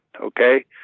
Okay